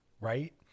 right